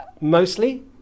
Mostly